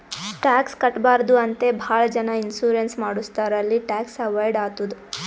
tax ಕಟ್ಬಾರ್ದು ಅಂತೆ ಭಾಳ ಜನ ಇನ್ಸೂರೆನ್ಸ್ ಮಾಡುಸ್ತಾರ್ ಅಲ್ಲಿ ಟ್ಯಾಕ್ಸ್ ಅವೈಡ್ ಆತ್ತುದ್